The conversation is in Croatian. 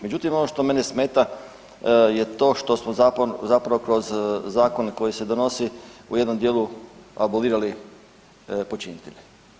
Međutim, ono što mene smeta je to što smo zapravo kroz zakon koji se donosi u jednom dijelu abolirali počinitelje.